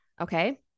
Okay